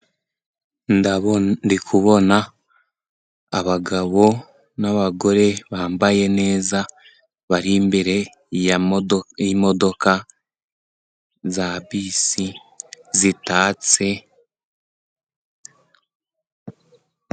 Ndi kubona abagabo n'abagore bambaye neza, bari imbere y'imodoka za bisi zitatse.